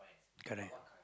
correct